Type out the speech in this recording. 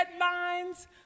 deadlines